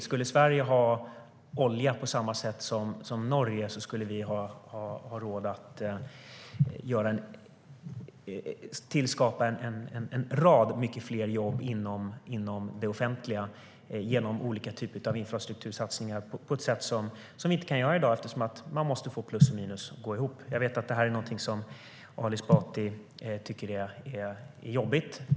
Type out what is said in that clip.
Skulle Sverige ha olja på samma sätt som Norge skulle vi ha råd att tillskapa många fler jobb inom det offentliga genom olika typer av infrastruktursatsningar på ett sätt som vi inte kan göra i dag eftersom man måste få plus och minus att gå ihop. Jag vet att det är någonting som Ali Esbati tycker är jobbigt.